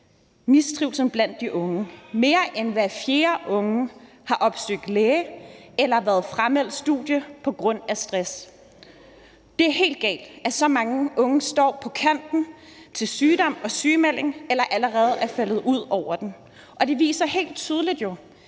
mistrivsel blandt de unge. Mere end hver fjerde unge har opsøgt læge eller været frameldt studiet på grund af stress. Det er helt galt, at så mange unge står på kanten til sygdom og sygemelding eller allerede er faldet ud over kanten, og det viser jo helt tydeligt,